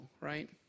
right